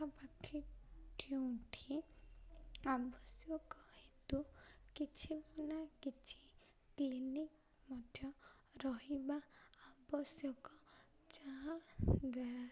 ପାଖାପାଖି କେଉଁଠି ଆବଶ୍ୟକ ହେତୁ କିଛି ନା କିଛି କ୍ଲିନିକ୍ ମଧ୍ୟ ରହିବା ଆବଶ୍ୟକ ଯାହାଦ୍ୱାରା